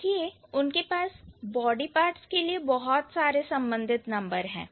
देखिए उनके पास बॉडी पार्ट्स के लिए बहुत सारे संबंधित नंबर है